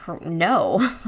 No